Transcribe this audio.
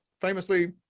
famously